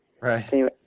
Right